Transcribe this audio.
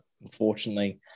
unfortunately